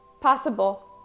possible